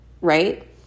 right